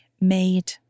made